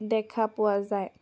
দেখা পোৱা যায়